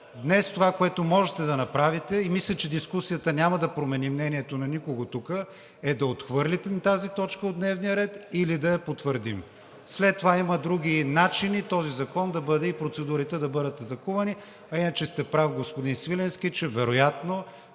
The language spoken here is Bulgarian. Днес това, което можете да направите, и мисля, че дискусията няма да промени мнението на никого тук, е да отхвърлите тази точка от дневния ред или да я потвърдим. След това има други начини да бъде и процедурите да бъдат атакувани, а иначе сте прав, господин Свиленски, че вероятно